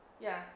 ya